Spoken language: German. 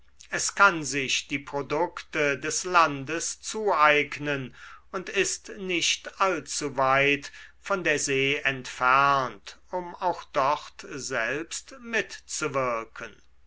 es kann sich die produkte des landes zueignen und ist nicht allzu weit von der see entfernt um auch dort selbst mitzuwirken